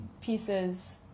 pieces